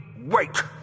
wait